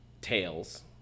tails